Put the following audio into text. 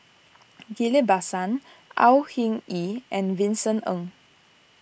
Ghillie Basan Au Hing Yee and Vincent Ng